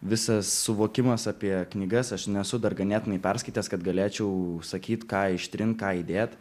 visas suvokimas apie knygas aš nesu dar ganėtinai perskaitęs kad galėčiau sakyt ką ištrint ką įdėt